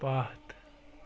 پتھ